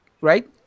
Right